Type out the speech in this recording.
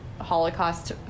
Holocaust